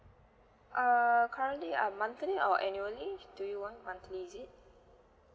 err currently ah monthly or annually do you want monthly is it